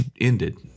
ended